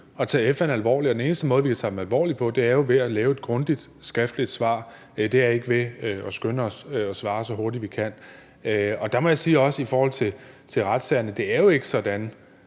at tage FN alvorligt, og den eneste måde, vi kan tage dem alvorligt på, er jo ved at lave et grundigt skriftligt svar; det er ikke ved at skynde os at svare så hurtigt, vi kan. Der må jeg også sige i forhold til retssagerne, at det jo ikke er sådan,